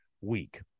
week